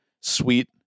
sweet